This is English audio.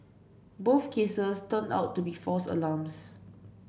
both cases turned out to be false alarms